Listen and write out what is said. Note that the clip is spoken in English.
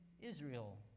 Israel